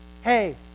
hey